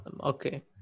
okay